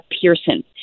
Pearson